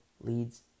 leads